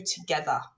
together